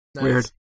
Weird